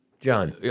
John